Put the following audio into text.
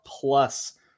plus